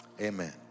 amen